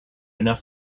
enough